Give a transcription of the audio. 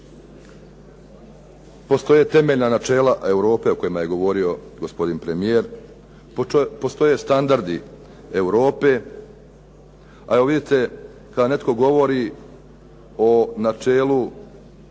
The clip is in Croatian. Postoje temeljna načela Europe o kojima je govorio gospodin premijer, postoje standardi Europe, a evo vidite kada netko govori o načelu